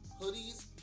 hoodies